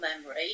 memory